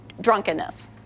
drunkenness